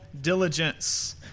diligence